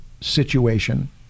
Situation